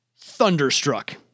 Thunderstruck